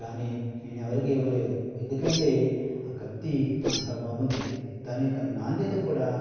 కాని నేనెవరికీ ఇవ్వలేదు ఎందుకంటే ఆ కత్తి అంత బాగుంది దాని యొక్క నాణ్యత కూడా